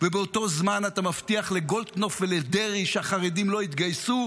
ובאותו זמן אתה מבטיח לגולדקנופ ולדרעי שהחרדים לא יתגייסו,